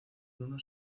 bruno